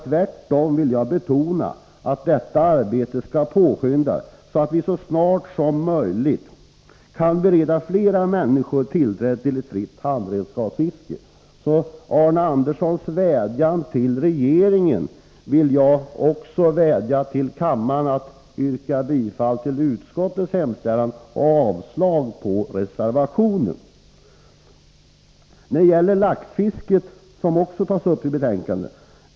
Tvärtom vill jag betona att detta arbete skall påskyndas, så att vi så snart som möjligt kan bereda fler människor tillträde till fritt handredskapsfiske. Arne Andersson i Ljung vädjade till regeringen. Jag vill vädja till kammaren att bifalla utskottets hemställan och avslå reservationen. Även laxfisket tas upp i betänkandet.